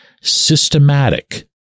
systematic